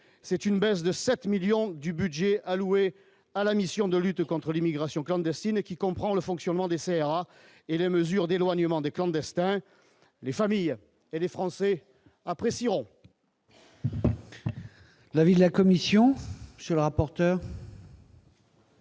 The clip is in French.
c'est une baisse de 7 millions du budget alloué à la Mission de lutte contre l'immigration clandestine, qui comprend le fonctionnement des CRA et les mesures d'éloignement des clandestins, les familles et les Français apprécieront.